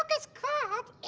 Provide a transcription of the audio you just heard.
is called,